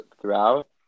throughout